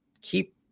keep